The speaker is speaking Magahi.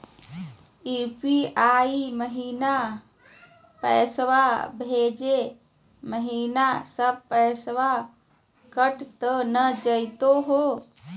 यू.पी.आई महिना पैसवा भेजै महिना सब पैसवा कटी त नै जाही हो?